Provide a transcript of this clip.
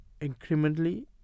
incrementally